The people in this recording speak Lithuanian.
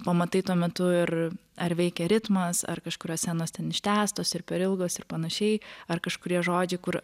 pamatai tuo metu ir ar veikia ritmas ar kažkurios scenos ten ištęstos ir per ilgos ir panašiai ar kažkurie žodžiai kur